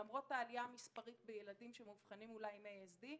למרות העלייה במספר הילדים שמאובחנים עם ASD,